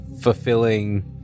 fulfilling